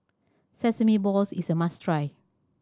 sesame balls is a must try